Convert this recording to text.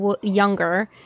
younger